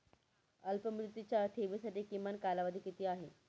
अल्पमुदतीच्या ठेवींसाठी किमान कालावधी किती आहे?